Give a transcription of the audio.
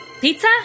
Pizza